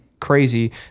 crazy